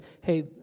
hey